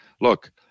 Look